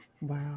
wow